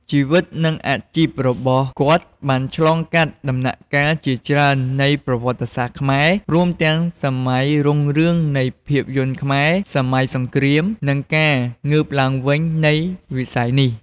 ជីវិត និងអាជីពរបស់គាត់បានឆ្លងកាត់ដំណាក់កាលជាច្រើននៃប្រវត្តិសាស្ត្រខ្មែរ រួមទាំងសម័យរុងរឿងនៃភាពយន្តខ្មែរ សម័យសង្រ្គាម និងការងើបឡើងវិញនៃវិស័យនេះ។